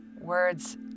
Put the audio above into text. words